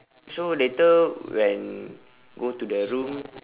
so later when go to the room